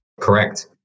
Correct